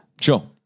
Sure